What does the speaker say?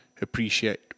appreciate